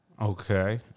Okay